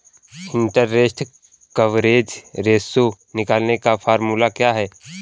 Interest coverage ratio निकालने का formula क्या है?